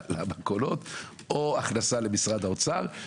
שהאזרחים ישאירו את הכסף בכיסם ולא ישלמו אותו,